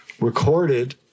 recorded